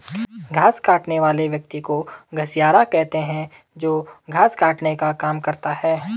घास काटने वाले व्यक्ति को घसियारा कहते हैं जो घास काटने का काम करता है